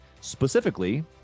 specifically